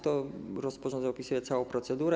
To rozporządzenie opisuje całą procedurę.